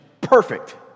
perfect